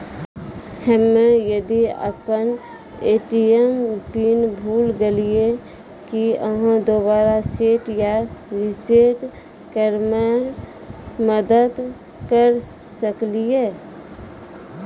हम्मे यदि अपन ए.टी.एम पिन भूल गलियै, की आहाँ दोबारा सेट या रिसेट करैमे मदद करऽ सकलियै?